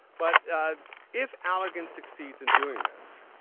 but ah if allergan succeeds in doing this,